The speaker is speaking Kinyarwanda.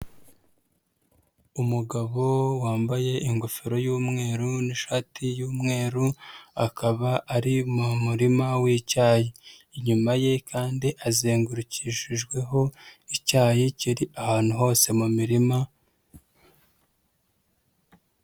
Umugabo wambaye ingofero y'umweru n'ishati y'umweru akaba ari mu murima w'icyayi. Inyuma ye kandi azengurukishijweho icyayi kiri ahantu hose mu mirima,